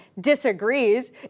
disagrees